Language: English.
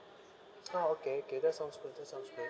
ah okay okay that sounds good that sounds good